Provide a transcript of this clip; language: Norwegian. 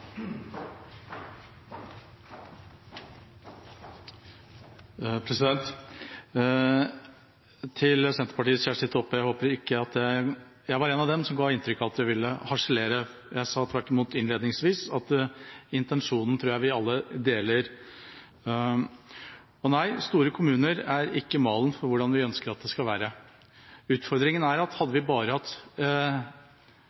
Til Senterpartiets Kjersti Toppe: Jeg håper ikke jeg var en av dem som ga inntrykk av at jeg ville harselere. Jeg sa tvert imot innledningsvis at jeg tror vi alle deler intensjonen. Og nei, store kommuner er ikke malen for hvordan vi ønsker at det skal være. Utfordringen er at hadde